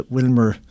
Wilmer